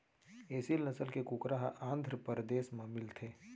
एसील नसल के कुकरा ह आंध्रपरदेस म मिलथे